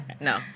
No